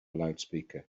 loudspeaker